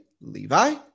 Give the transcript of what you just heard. Levi